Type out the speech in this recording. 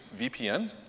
VPN